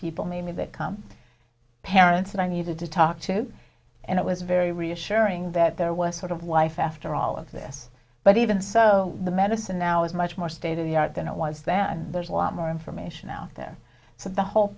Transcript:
people meaning that come parents and i needed to talk to and it was very reassuring that there was sort of life after all of this but even so the medicine now is much more state of the art than it was then and there's a lot more information out there to the whole